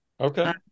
Okay